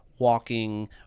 walking